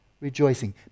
rejoicing